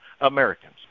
Americans